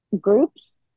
groups